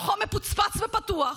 שמוחו מפוצפץ ופתוח,